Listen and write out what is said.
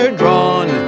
drawn